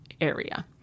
area